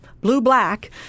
blue-black